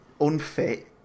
unfit